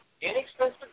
Inexpensive